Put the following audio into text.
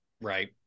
Right